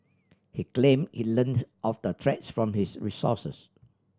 he claimed he learnt of the threats from his resources